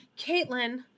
Caitlin